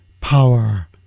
power